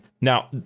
Now